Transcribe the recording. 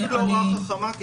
זה פשוט הוראה לא חכמה.